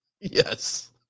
yes